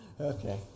Okay